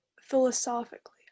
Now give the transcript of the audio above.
philosophically